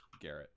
garrett